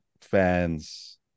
fans